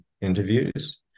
interviews